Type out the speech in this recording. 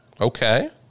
Okay